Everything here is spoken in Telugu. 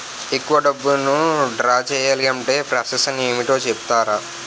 ఎక్కువ డబ్బును ద్రా చేయాలి అంటే ప్రాస సస్ ఏమిటో చెప్తారా?